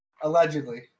allegedly